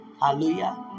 Hallelujah